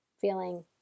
Feeling